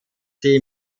sie